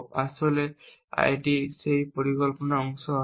আসলে এটি সেই পরিকল্পনার অংশ হবে